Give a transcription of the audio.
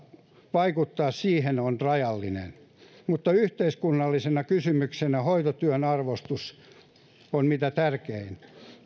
vaikuttaa siihen on rajallinen mutta yhteiskunnallisena kysymyksenä hoitotyön arvostus on mitä tärkein